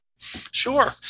Sure